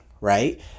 right